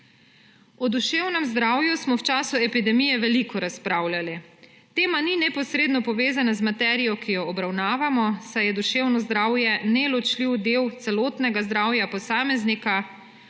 O duševnem zdravju smo v času epidemije veliko razpravljali. Tema ni neposredno povezana z materijo, ki jo obravnavamo, saj je duševno zdravje neločljiv del celotnega zdravja posameznika,